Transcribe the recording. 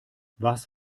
was